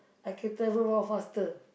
I can travel more faster